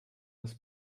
das